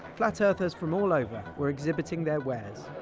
flat-earthers from all over were exhibiting their wares.